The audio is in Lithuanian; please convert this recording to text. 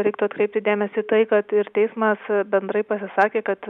reiktų atkreipti dėmesį į tai kad ir teismas bendrai pasisakė kad